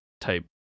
type